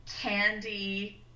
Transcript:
candy